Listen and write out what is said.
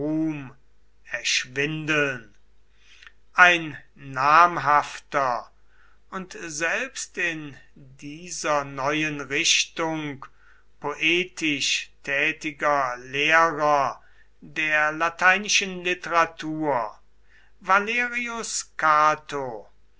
erschwindeln ein namhafter und selbst in dieser neuen richtung poetisch tätiger lehrer der lateinischen literatur valerius cato